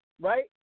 right